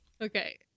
okay